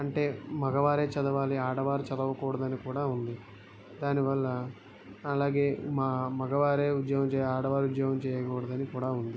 అంటే మగవారే చదవాలి ఆడవారు చదవకూడదు అని కూడా ఉంది దాని వల్ల అలాగే మ మగవారే ఉద్యోగం చేయాలి ఆడవారు ఉద్యోగం చేయకూడదు అని కూడా ఉంది